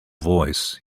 voice